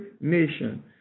nation